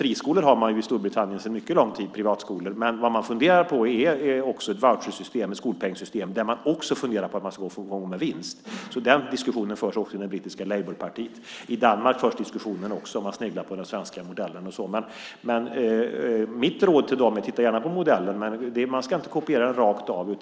Friskolor har man i Storbritannien sedan mycket lång tid, eller privatskolor. Vad man funderar på är ett vouchersystem, ett skolpengssystem, där skolor också ska få gå med vinst. Den diskussionen förs också i det brittiska Labourpartiet. I Danmark förs också diskussioner, och man sneglar på den svenska modellen. Mitt råd till dem är: Titta gärna på modellen. Men man ska inte kopiera den rakt av.